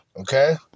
Okay